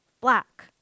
black